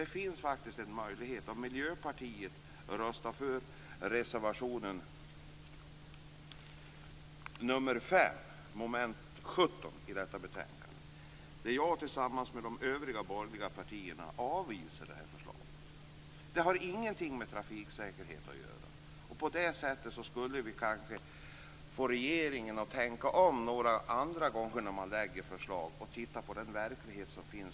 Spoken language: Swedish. Det finns faktiskt en möjlighet att göra det, nämligen om Miljöpartiet röstar för reservation 5 under mom. 17, där jag tillsammans med de borgerliga partierna föreslår att riksdagen avvisar förslaget, eftersom det inte har någonting med trafiksäkerhet att göra. På det sättet skulle vi kanske få regeringen att tänka om och titta på den verklighet som finns utanför kanslihuset, både i det här fallet och andra gånger.